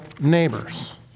neighbors